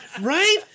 Right